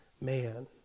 man